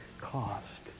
cost